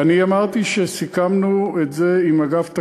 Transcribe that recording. אני אמרתי שסיכמנו את זה עם אגף תקציבים,